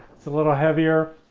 a little heavier.